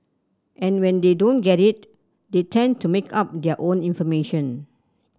and when they don't get it they tend to make up their own information